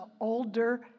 older